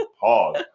Pause